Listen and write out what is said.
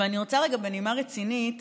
ואני רוצה בנימה רצינית